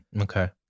Okay